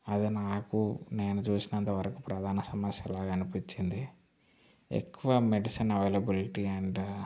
అది నాకు నేను చూసినంతవరకు ప్రధాన సమస్యలాగా అనిపించింది ఎక్కువ మెడిసిన్ అవైలబిలిటీ అండ్